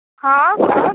हँ